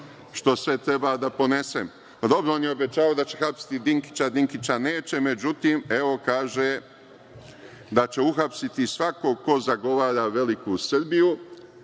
što sve treba da ponesem. Dobro, on je obećavao da će hapsiti Dinkića, a Dinkića neće. Međutim, evo kaže da će uhapsiti svakog ko zagovara veliku Srbiju. Ja